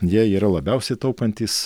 jie yra labiausiai taupantys